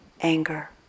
anger